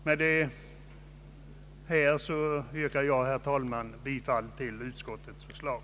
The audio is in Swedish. Med det sagda yrkar jag, herr talman, bifall till utskottets förslag.